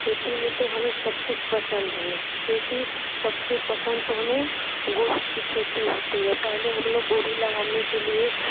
खेती में तो हमें सब कुछ पसंद है क्योंकि सबसे पसंद तो हमें गोभी की खेती होती है पहले हम लोग गोभी लगाने के लिए